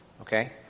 Okay